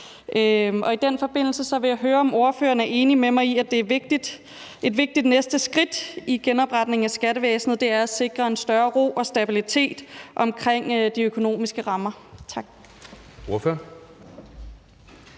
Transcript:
I den forbindelse vil jeg høre, om ordføreren er enig med mig i, at et vigtigt næste skridt i genopretningen af skattevæsenet er at sikre en større ro og stabilitet omkring de økonomiske rammer.